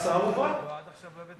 לא, עד עכשיו לא הבאתם.